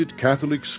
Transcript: Catholic